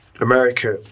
America